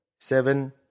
seven